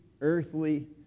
earthly